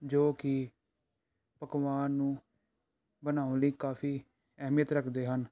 ਜੋ ਕਿ ਪਕਵਾਨ ਨੂੰ ਬਣਾਉਣ ਲਈ ਕਾਫੀ ਅਹਿਮੀਅਤ ਰੱਖਦੇ ਹਨ